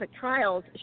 trials